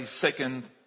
second